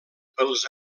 pels